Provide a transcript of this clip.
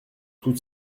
toutes